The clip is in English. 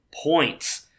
Points